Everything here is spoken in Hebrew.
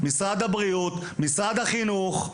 משרד הבריאות ומשרד החינוך,